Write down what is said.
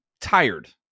tired